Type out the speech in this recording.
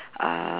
um